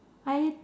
I